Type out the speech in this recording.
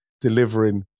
delivering